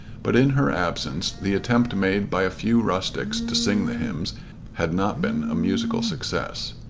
but in her absence the attempt made by a few rustics to sing the hymns had not been a musical success.